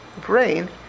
brain